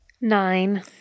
Nine